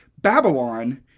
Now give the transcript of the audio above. Babylon